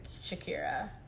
Shakira